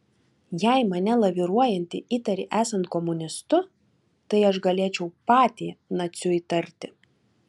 jei mane laviruojantį įtari esant komunistu tai aš galėčiau patį naciu įtarti